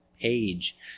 page